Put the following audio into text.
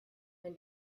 and